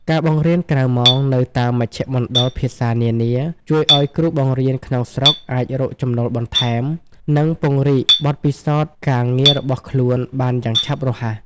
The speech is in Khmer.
ការបង្រៀនក្រៅម៉ោងនៅតាមមជ្ឈមណ្ឌលភាសានានា ជួយឱ្យគ្រូបង្រៀនក្នុងស្រុកអាចរកចំណូលបន្ថែម និងពង្រីកបទពិសោធន៍ការងាររបស់ខ្លួនបានយ៉ាងឆាប់រហ័ស។